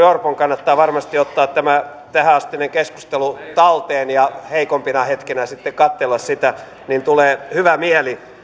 orpon kannattaa varmasti ottaa tämä tähänastinen keskustelu talteen ja heikompina hetkinä sitten katsella sitä niin tulee hyvä mieli